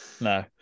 No